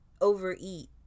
overeat